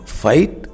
fight